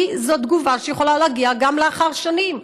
כי זו תגובה שיכולה להגיע גם לאחר שנים,